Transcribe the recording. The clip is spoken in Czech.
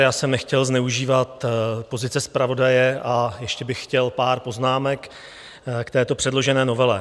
Já jsem nechtěl zneužívat pozice zpravodaje a ještě bych chtěl pár poznámek k této předložené novele.